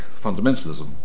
fundamentalism